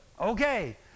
Okay